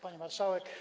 Pani Marszałek!